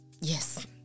Yes